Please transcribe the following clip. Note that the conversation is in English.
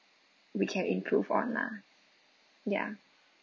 we can improve on lah ya